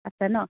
আছে ন